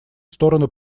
стороны